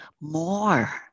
more